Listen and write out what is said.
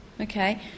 Okay